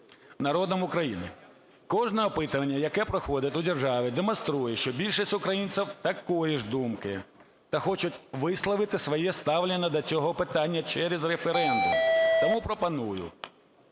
народом України. Кожне опитування, яке проходить у державі, демонструє, що більшість українців такої ж думки та хочуть висловити своє ставлення до цього питання через референдум. Тому пропоную